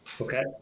Okay